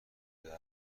برده